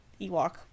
Ewok